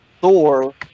Thor